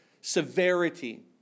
severity